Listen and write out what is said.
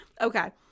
Okay